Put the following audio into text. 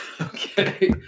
Okay